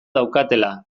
daukatela